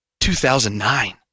2009